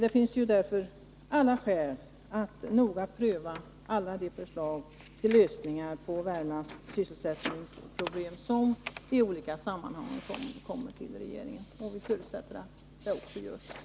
Det finns därför alla skäl att noga pröva alla de förslag till lösningar på Värmlands sysselsättningsproblem som i olika sammanhang kommer till regeringen. Vi förutsätter att det också sker.